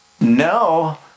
No